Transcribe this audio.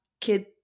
Kid